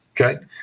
Okay